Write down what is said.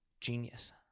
Genius